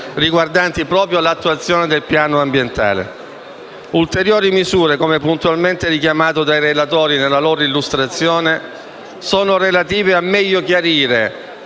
riguardanti proprio l'attuazione del piano ambientale. Ulteriori misure, come puntualmente richiamato dai relatori nella loro illustrazione, sono relative a meglio chiarire,